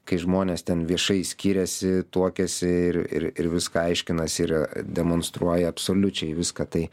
kai žmonės ten viešai skiriasi tuokiasi ir ir ir viską aiškinasi ir demonstruoja absoliučiai viską tai